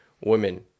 women